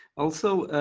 also,